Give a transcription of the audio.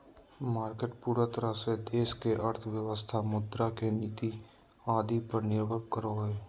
market पूरे तरह से देश की अर्थव्यवस्था मुद्रा के नीति आदि पर निर्भर करो हइ